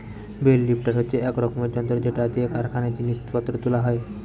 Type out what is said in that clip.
bell lifter হচ্ছে এক রকমের যন্ত্র যেটা দিয়ে কারখানায় জিনিস পত্র তুলা হয়